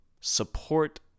Support